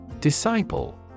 Disciple